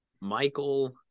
michael